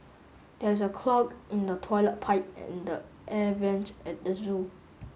there is a clog in the toilet pipe and the air vents at the zoo